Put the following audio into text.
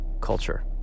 culture